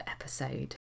episode